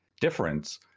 difference